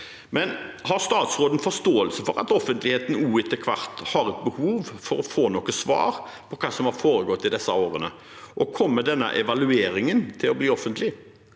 men har statsråden forståelse for at også offentligheten etter hvert har et behov for å få svar på hva som har foregått i disse årene? Og kommer denne evalueringen til å bli offentlig?